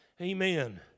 Amen